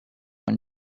when